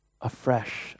afresh